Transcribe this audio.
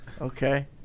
Okay